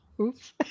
oops